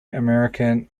american